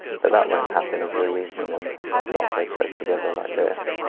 but that won't happen if you're using them not so close together like this